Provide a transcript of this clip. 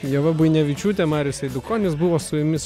ieva buinevičiūtė marius eidukonis buvo su jumis